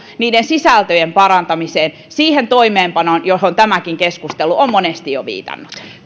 niiden sisältöjen parantamiseen siihen toimeenpanoon johon tämäkin keskustelu on monesti jo viitannut